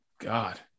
God